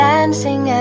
Dancing